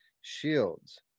shields